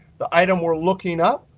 the item we're looking up?